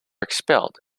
expelled